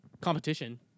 competition